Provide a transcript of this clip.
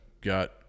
got